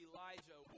Elijah